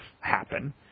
happen